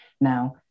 Now